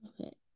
Okay